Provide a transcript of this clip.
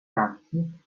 sampson